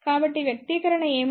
కాబట్టి ఈ వ్యక్తీకరణ ఏమిటి